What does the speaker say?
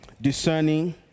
Discerning